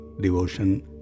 devotion